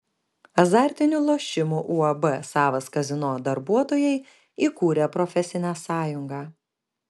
azartinių lošimų uab savas kazino darbuotojai įkūrė profesinę sąjungą